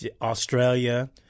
Australia